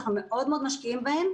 שאנחנו מאוד-מאוד משקיעים בהן,